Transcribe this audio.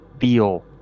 feel